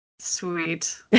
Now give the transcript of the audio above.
Sweet